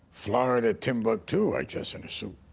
florida, timbuktu, i dress in a suit.